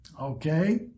Okay